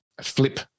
flip